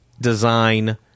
design